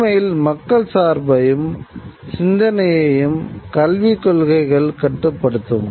உண்மையில் மக்கள் சார்பையும் சிந்தனையையும் கல்விக் கொள்கைகள் கட்டுப்படுத்தும்